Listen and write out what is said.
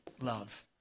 love